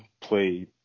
play